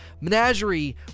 Menagerie